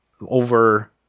over